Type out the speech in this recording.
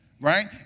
Right